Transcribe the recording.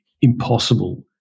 impossible